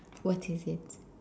what is it